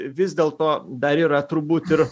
vis dėlto dar yra turbūt ir